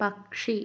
പക്ഷി